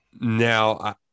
Now